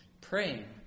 praying